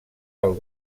del